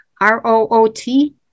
R-O-O-T